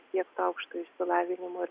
siektų aukšto išsilavinimo ir